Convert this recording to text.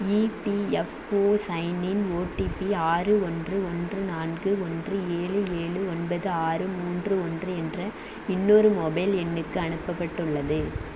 EPFO சைனின் OTP ஆறு ஒன்று ஒன்று நான்கு ஒன்று ஏழு ஏழு ஒன்பது ஆறு மூன்று ஒன்று என்ற இன்னொரு மொபைல் எண்ணுக்கு அனுப்பப்பட்டுள்ளது